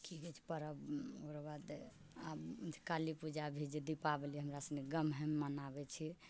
कि कहै छै पर्व ओकरा बाद काली पूजा भी दीपावली जे हमरा सनि गामेमे मनाबै छियै